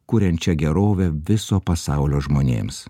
kuriančią gerovę viso pasaulio žmonėms